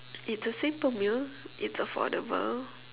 it's a simple meal it's affordable